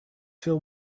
till